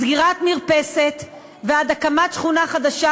מסגירת מרפסת ועד הקמת שכונה חדשה,